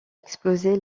explosé